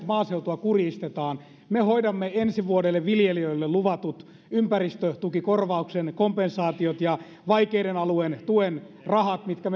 maaseutua kurjistetaan me hoidamme ensi vuodelle viljelijöille luvatut ympäristötukikorvauksen kompensaatiot ja vaikeiden alueiden tuen rahat mitkä